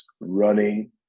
running